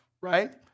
right